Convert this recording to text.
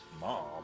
Mom